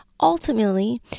ultimately